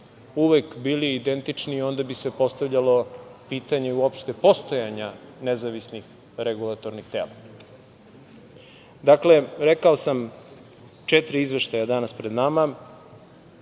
uvek bili identični onda bi se postavljalo pitanje, uopšte postojanja nezavisnih regulatornih tela. Dakle, rekao sam četiri izveštaja danas su pred nama